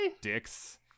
dicks